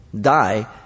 die